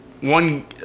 one